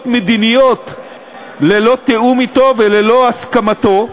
מדיניות ללא תיאום אתו וללא הסכמתו,